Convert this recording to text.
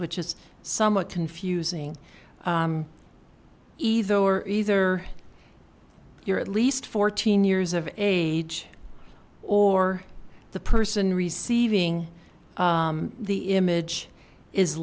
which is somewhat confusing either or either you're at least fourteen years of age or the person receiving the image is